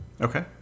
Okay